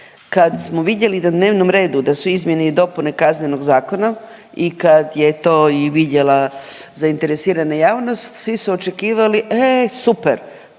Kad smo vidjeli na dnevnom redu da su izmjene i dopune Kaznenog zakona i kad je to i vidjela zainteresirana javnost svi su očekivali, e super